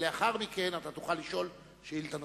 ולאחר מכן אתה תוכל לשאול שאלה נוספת.